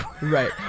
Right